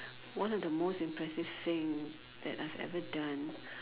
one of the most impressive thing that I've ever done